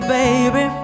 baby